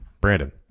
Brandon